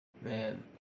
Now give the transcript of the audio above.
Man